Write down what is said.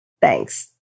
Thanks